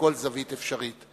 מכל זווית אפשרית.